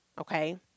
Okay